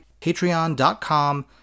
patreon.com